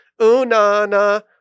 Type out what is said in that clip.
Unana